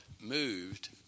moved